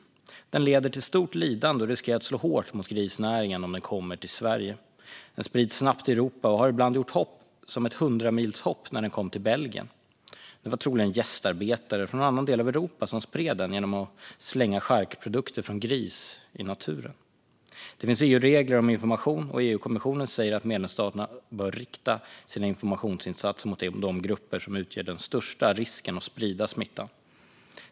Den leder till stort lidande och riskerar att slå hårt mot grisnäringen om den kommer till Sverige. Den sprids snabbt i Europa och har ibland gjort hopp, som ett hundramilshopp när den kom till Belgien. Det var troligen gästarbetare från en annan del av Europa som spred den genom att slänga charkprodukter från gris i naturen. Det finns EU-regler om information. EU-kommissionen säger att medlemsstaterna bör rikta sina informationsinsatser mot de grupper som utgör den största risken för att sprida smittan.